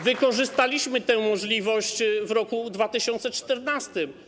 Wykorzystaliśmy tę możliwość w roku 2014.